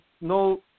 no